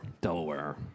Delaware